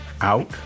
out